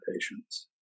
patients